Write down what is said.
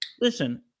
Listen